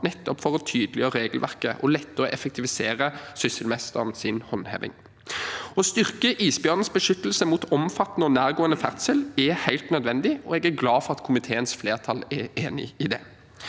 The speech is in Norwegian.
nettopp for å tydeliggjøre regelverket og lette og effektivisere sysselmesterens håndheving. Å styrke isbjørnens beskyttelse mot omfattende og nærgående ferdsel er helt nødvendig, og jeg er glad for at komiteens flertall er enig i det.